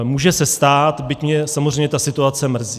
Může se stát, byť mě samozřejmě ta situace mrzí.